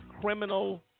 criminal